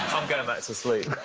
i'm going back to sleep.